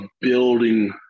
building